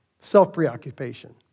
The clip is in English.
Self-preoccupation